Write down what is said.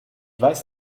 weiß